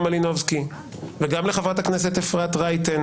מלינובסקי וגם לחברת הכנסת אפרת רייטן,